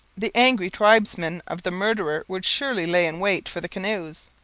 the angry tribesmen of the murderer would surely lay in wait for the canoes,